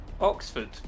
Oxford